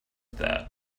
that